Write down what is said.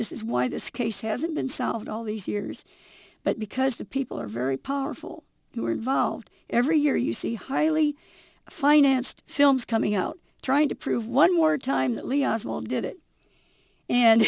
this is why this case hasn't been solved all these years but because the people are very powerful who are involved every year you see highly financed films coming out trying to prove one more time that